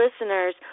listeners